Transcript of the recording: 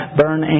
burn